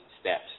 steps